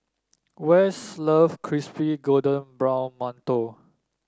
Wess love Crispy Golden Brown Mantou